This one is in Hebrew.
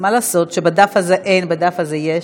מה לעשות שבדף הזה אין ובדף הזה יש?